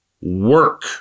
work